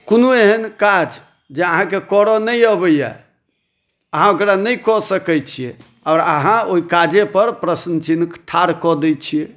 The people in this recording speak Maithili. कओनो एहन काज जे अहाँकेँ करऽ नहि अबैया अहाँ ओकरा नहि कऽ सकैत छियै आओर अहाँ ओहि काजे पर प्रश्न चिन्ह ठाढ़ कऽ दै छियै